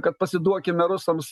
kad pasiduokim rusams